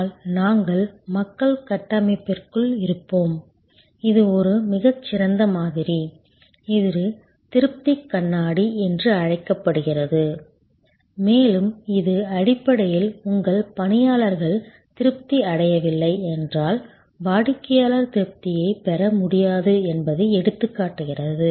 ஆனால் நாங்கள் மக்கள் கட்டமைப்பிற்குள் இருப்போம் இது ஒரு மிகச் சிறந்த மாதிரி இது திருப்தி கண்ணாடி என்று அழைக்கப்படுகிறது மேலும் இது அடிப்படையில் உங்கள் பணியாளர்கள் திருப்தி அடையவில்லை என்றால் வாடிக்கையாளர் திருப்தியைப் பெற முடியாது என்பதை எடுத்துக்காட்டுகிறது